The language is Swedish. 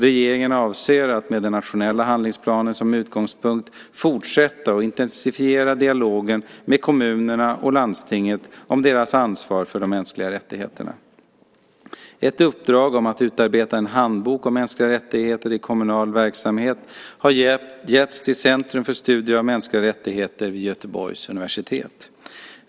Regeringen avser att med den nationella handlingsplanen som utgångspunkt fortsätta och intensifiera dialogen med kommunerna och landstingen om deras ansvar för de mänskliga rättigheterna. Ett uppdrag om att utarbeta en handbok om mänskliga rättigheter i kommunal verksamhet har getts till Centrum för studiet av mänskliga rättigheter vid Göteborgs universitet.